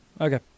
okay